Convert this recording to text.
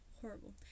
horrible